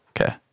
Okay